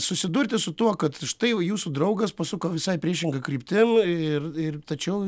susidurti su tuo kad štai jau jūsų draugas pasuko visai priešinga kryptim ir ir tačiau